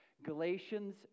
Galatians